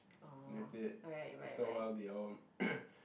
that's it after a while they all